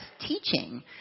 teaching